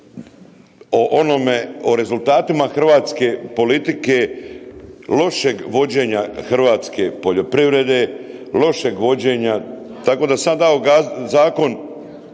o rezultatima hrvatske politike, lošeg vođenja hrvatske poljoprivrede, lošeg vođenja tako da sam ja dao zakon